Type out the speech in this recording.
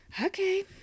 okay